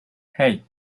hey